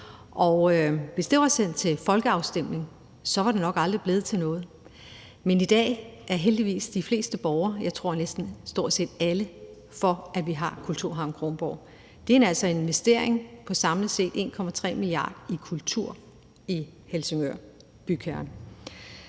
Hvis det var blevet sendt til folkeafstemning, var det nok aldrig blevet til noget. Men i dag er heldigvis de fleste borgere – jeg tror stort set alle – for, at vi har Kulturhavn Kronborg. Det er altså en investering på samlet set 1,3 mia. kr. i kultur i Helsingør bykerne.